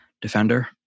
defender